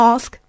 Ask